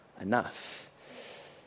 enough